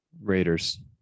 Raiders